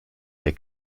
der